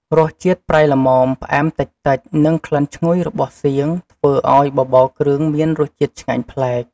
រសជាតិប្រៃល្មម ផ្អែមតិចៗ និងក្លិនឈ្ងុយរបស់សៀងធ្វើឱ្យបបរគ្រឿងមានរសជាតិឆ្ងាញ់ប្លែក។